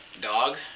dog